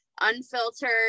unfiltered